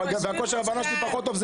כושר ההבנה שלי פחות טוב,